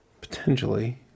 Potentially